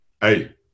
hey